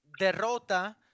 derrota